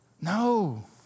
No